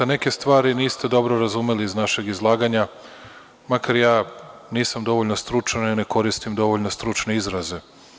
Neke stvari niste dobro razumeli iz našeg izlaganja, makar ja nisam dovoljno stručan i ne koristim dovoljno stručne izraze.